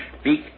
speak